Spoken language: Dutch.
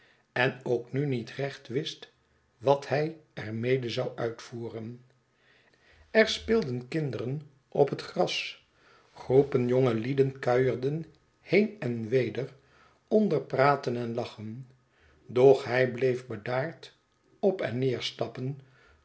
en ook nunietrecht wist wat hij er mede zou uitvoeren er speelden kinderen op het gras groepen jongelieden kuierden heen en weder onder praten en lachen doch hy bleef bedaard op en neer stappen